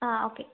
okay